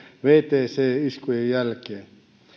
wtc iskujen jälkeen